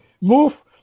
move